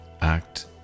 act